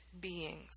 beings